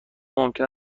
ممکن